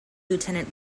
lieutenant